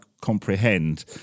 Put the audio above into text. comprehend